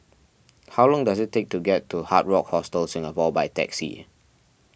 how long does it take to get to Hard Rock Hostel Singapore by taxi